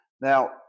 Now